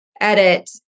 edit